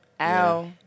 Ow